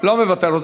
לא מוותר.